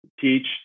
teach